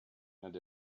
and